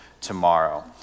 tomorrow